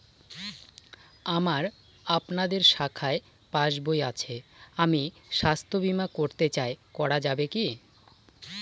আমার আপনাদের শাখায় পাসবই আছে আমি স্বাস্থ্য বিমা করতে চাই করা যাবে কি?